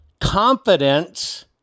confidence